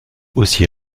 aussi